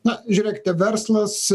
na žiūrėkite verslas